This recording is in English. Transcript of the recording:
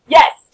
Yes